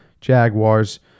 Jaguars